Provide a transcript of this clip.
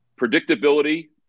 predictability